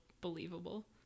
believable